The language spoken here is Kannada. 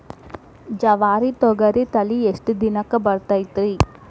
ಜವಾರಿ ತೊಗರಿ ತಳಿ ಎಷ್ಟ ದಿನಕ್ಕ ಬರತೈತ್ರಿ?